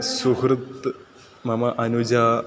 सुहृत् मम अनुजा